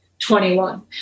21